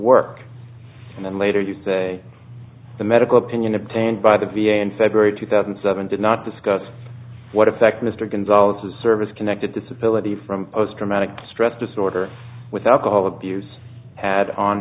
work and then later you say the medical opinion obtained by the v a in february two thousand and seven did not discuss what effect mr gonzales's service connected disability from post traumatic stress disorder with alcohol abuse had on